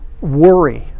worry